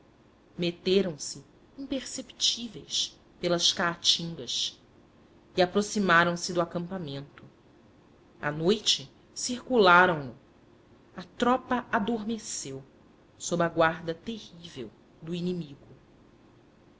partiram meteram se imperceptíveis pelas caatingas e aproximaram-se do acampamento à noite circularam no a tropa adormeceu sob a guarda terrível do inimigo